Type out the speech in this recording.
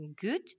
good